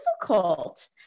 difficult